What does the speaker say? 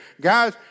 Guys